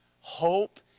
Hope